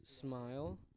smile